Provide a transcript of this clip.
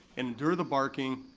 endure the barking,